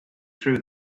threw